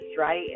right